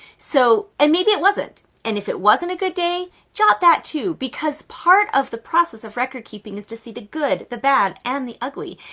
so and maybe it wasn't. and if it wasn't a good day, jot that too. because part of the process of record keeping is to see the good, the bad and the ugly.